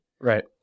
Right